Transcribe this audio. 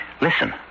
listen